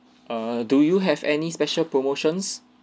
err do you have any special promotions